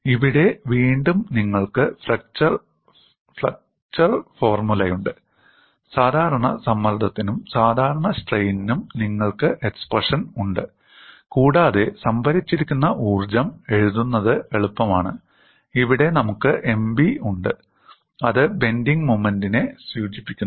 ഇവിടെ വീണ്ടും നിങ്ങൾക്ക് ഫ്ലെക്ചർ ഫോർമുലയുണ്ട് സാധാരണ സമ്മർദ്ദത്തിനും സാധാരണ സ്ട്രെയിനിനും നിങ്ങൾക്ക് എക്സ്പ്രഷൻ ഉണ്ട് കൂടാതെ സംഭരിച്ചിരിക്കുന്ന ഊർജ്ജം എഴുതുന്നത് എളുപ്പമാണ് ഇവിടെ നമുക്ക് 'Mb' ഉണ്ട് അത് ബെൻഡിങ് മൊമെൻറ്നെ സൂചിപ്പിക്കുന്നു